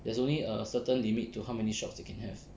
there's only a certain limit to how many shops you can have